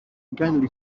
ugain